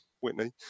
Whitney